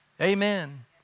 Amen